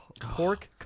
pork